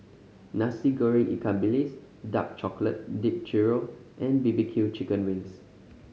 Nasi Goreng ikan bilis dark chocolate dipped churro and B B Q chicken wings